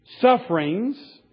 sufferings